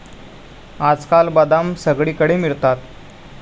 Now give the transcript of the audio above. आजकाल बदाम सगळीकडे मिळतात